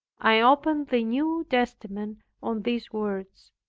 i opened the new testament on these words,